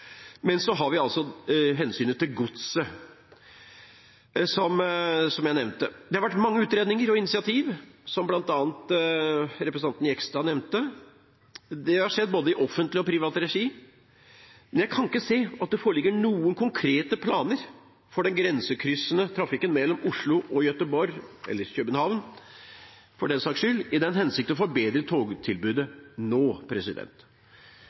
men her har vi hensynet til godset, som jeg nevnte. Det har vært mange utredninger og initiativ, som bl.a. representanten Jegstad nevnte. Det har skjedd i både offentlig og privat regi. Men jeg kan ikke se at det foreligger noen konkrete planer for den grensekryssende trafikken mellom Oslo og Göteborg, eller København for den saks skyld, i den hensikt å forbedre togtilbudet nå.